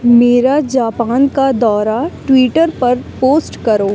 میرا جاپان کا دورہ ٹویٹر پر پوسٹ کرو